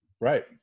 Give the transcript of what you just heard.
Right